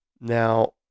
Now